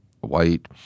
white